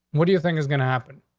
what do you think is gonna happen?